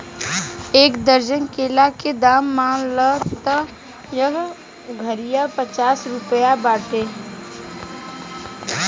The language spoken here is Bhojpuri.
एक दर्जन केला के दाम मान ल त एह घारिया पचास रुपइआ बाटे